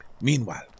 Meanwhile